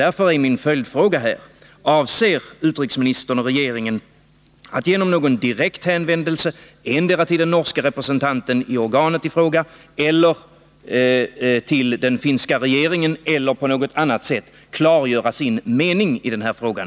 Därför är min följdfråga: Avser utrikesministern och regeringen att genom någon direkt hänvändelse — till den norske representanten i organet i fråga, eller till den finska regeringen, eller på något annat sätt — klargöra sin mening i den här frågan?